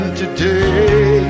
today